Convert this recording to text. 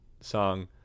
song